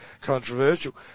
Controversial